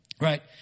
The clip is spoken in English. right